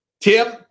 Tim